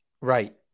Right